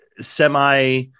semi